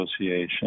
Association